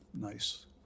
nice